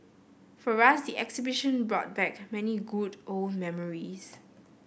for us the exhibition brought back many good old memories